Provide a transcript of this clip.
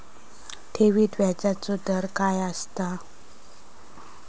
ठेवीत व्याजचो दर काय असता?